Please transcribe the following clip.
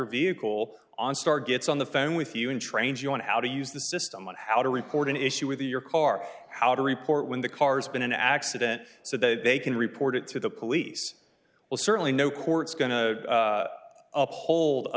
vehicle on star gets on the phone with you and trains you on how to use the system on how to record an issue with your car how to report when the car's been an accident so that they can report it to the police will certainly know court's going to uphold